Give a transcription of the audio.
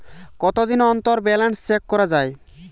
কতদিন অন্তর balance check করা য়ায়?